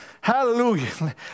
Hallelujah